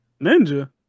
Ninja